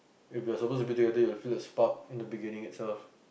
if we are suppose to be together we will feel a spark in the beginning itself